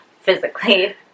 physically